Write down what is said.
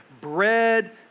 bread